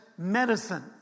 medicine